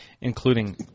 including